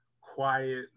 quiet